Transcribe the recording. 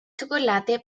chocolate